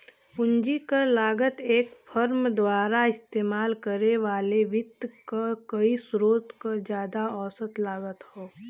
पूंजी क लागत एक फर्म द्वारा इस्तेमाल करे वाले वित्त क कई स्रोत क जादा औसत लागत हौ